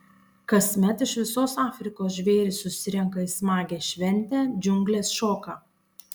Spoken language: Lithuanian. kasmet iš visos afrikos žvėrys susirenka į smagią šventę džiunglės šoka